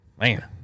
man